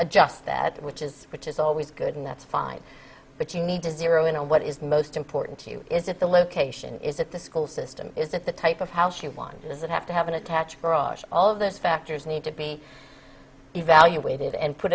adjust that which is which is always good and that's fine but you need to zero in on what is most important to you is it the location is it the school system is that the type of house you want does it have to have an attached garage all of those factors need to be evaluated and